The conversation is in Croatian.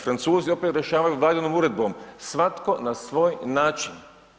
Francuzi opet rješavaju valjanom uredbom, svatko na svoj način.